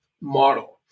model